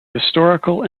historical